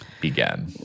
began